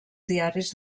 diaris